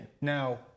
Now